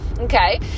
Okay